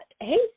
Hey